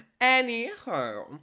Anyhow